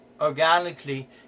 organically